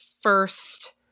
first